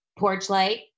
Porchlight